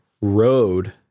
road